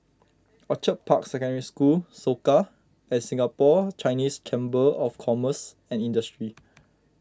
Orchid Park Secondary School Soka and Singapore Chinese Chamber of Commerce and Industry